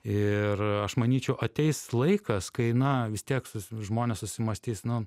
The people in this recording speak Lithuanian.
ir aš manyčiau ateis laikas kai na vis tiek žmonės susimąstys nu